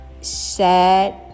sad